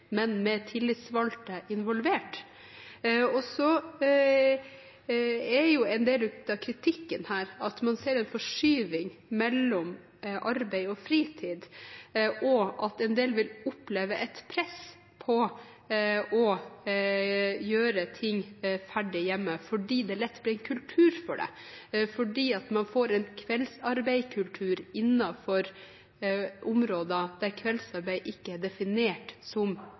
men med tillitsvalgte involvert. Så er jo en del av kritikken her at man ser en forskyvning mellom arbeid og fritid, og at en del vil oppleve et press om å gjøre ting ferdig hjemme, fordi det lett blir kultur for det, fordi man får en kveldsarbeidskultur innenfor områder der kveldsarbeid ikke er definert som